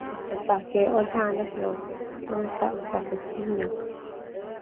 Pake oe hanas no sabu safe pingak.